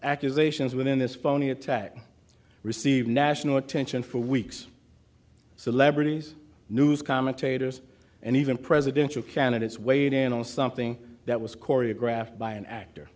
accusations within this phony attack received national attention for weeks celebrities news commentators and even presidential candidates weighed in on something that was choreographed by an actor